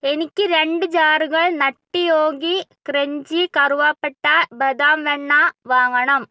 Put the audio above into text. എനിക്ക് രണ്ട് ജാറുകൾ നട്ടി യോഗി ക്രഞ്ചി കറുവാപ്പട്ട ബദാം വെണ്ണ വാങ്ങണം